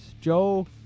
Joe